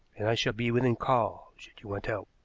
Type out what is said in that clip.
and i shall be within call should you want help.